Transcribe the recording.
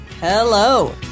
Hello